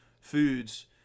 Foods